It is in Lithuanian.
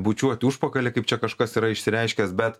bučiuoti užpakalį kaip čia kažkas yra išsireiškęs bet